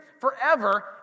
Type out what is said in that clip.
forever